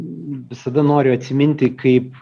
visada noriu atsiminti kaip